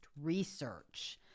Research